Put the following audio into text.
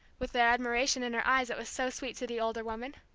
with the admiration in her eyes that was so sweet to the older woman.